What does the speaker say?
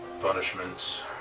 punishments